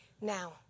Now